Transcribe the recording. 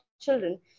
children